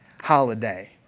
holiday